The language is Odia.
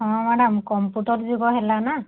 ହଁ ମ୍ୟାଡ଼ାମ୍ କମ୍ପ୍ୟୁଟର ଯୁଗ ହେଲା ନା